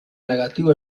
negatiu